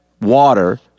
water